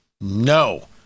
No